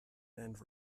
and